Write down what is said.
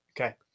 Okay